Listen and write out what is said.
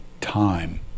time